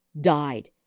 died